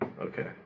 Okay